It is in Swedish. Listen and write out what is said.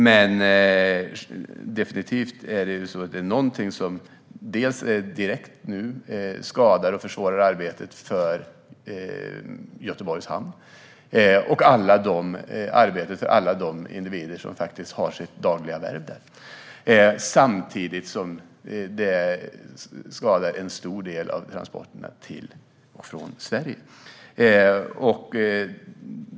Men det är definitivt någonting som nu direkt skadar och försvårar arbetet för Göteborgs hamn och arbetet för alla de individer som har sitt dagliga värv där samtidigt som det skadar en stor del av transporterna till och från Sverige.